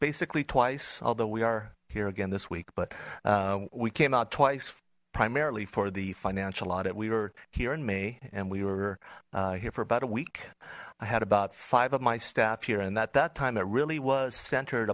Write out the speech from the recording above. basically twice although we are here again this week but we came out twice primarily for the financial audit we were here and me and we were here for about a week i had about five of my staff here and at that time it really was centered